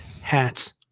hats